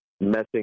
messing